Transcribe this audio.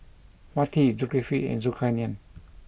Wati Zulkifli and Zulkarnain